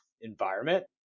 environment